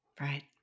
Right